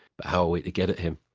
but how are we to get at him?